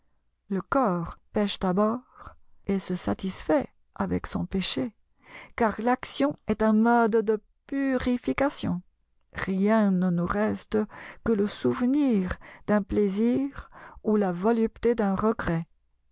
le corps pèche d'abord et se satisfait avec son péché car faction est un mode de purification rien ne nous reste que le souvenir d'un plaisir ou la volupté d'un regret